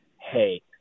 hey